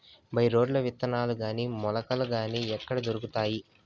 By రోడ్లు విత్తనాలు గాని మొలకలు గాని ఎక్కడ దొరుకుతాయి?